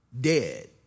dead